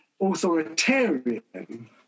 authoritarian